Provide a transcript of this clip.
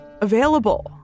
available